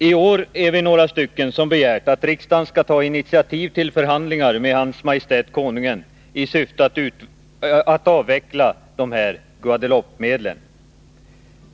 Tår är vi några stycken ledamöter som begärt att riksdagen skall ta initiativ till förhandlingar med Hans Majestät Konungen i syfte att avveckla Guadeloupemedlen.